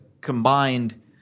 combined